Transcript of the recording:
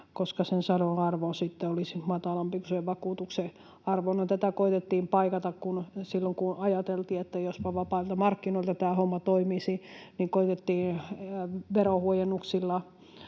koska sen sadon arvo sitten olisi matalampi kuin sen vakuutuksen arvo. No, tätä koetettiin paikata silloin, kun ajateltiin, että jospa vapailta markkinoilta tämä homma toimisi, koetettiin verohuojennuksilla